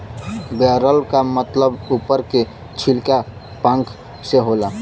broiler क मतलब उप्पर के छिलका पांख से होला